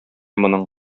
моның